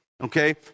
okay